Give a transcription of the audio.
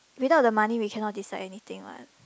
without the money we cannot decide anything what